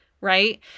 Right